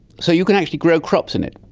so you can actually grow crops in it,